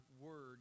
word